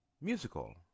musical